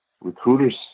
recruiters